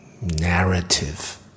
narrative